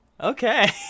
okay